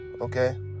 okay